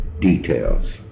details